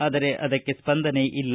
ಆದರೆ ಅದಕ್ಷೆ ಸ್ವಂದನೆ ಇಲ್ಲ